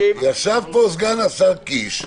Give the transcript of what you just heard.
ישב פה סגן השר קיש,